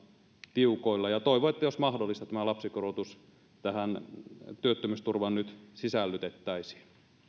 tiukoilla toivon että jos mahdollista niin tämä lapsikorotus tähän työttömyysturvaan nyt sisällytettäisiin